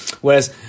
Whereas